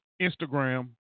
Instagram